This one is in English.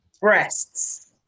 Breasts